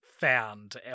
found